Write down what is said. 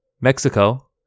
Mexico